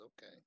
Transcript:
Okay